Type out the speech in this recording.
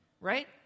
right